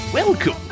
Welcome